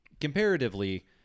Comparatively